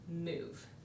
move